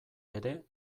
ere